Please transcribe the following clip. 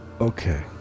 Okay